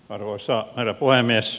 arvoisa herra puhemies